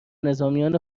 نظامیان